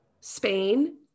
Spain